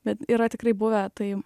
bet yra tikrai buvę tai